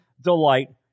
delight